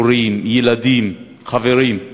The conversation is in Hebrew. הורים, ילדים, חברים.